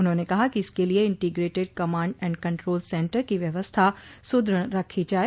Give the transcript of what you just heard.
उन्हाने कहा कि इसके लिये integrated command and control centre की व्यवस्था सुदृढ़ रखी जाये